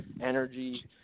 energy